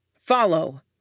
Follow